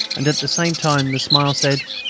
and at the same time the smile said